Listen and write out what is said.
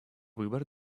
выбор